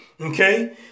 okay